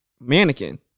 mannequin